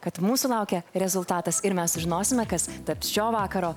kad mūsų laukia rezultatas ir mes sužinosime kas taps šio vakaro